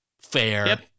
fair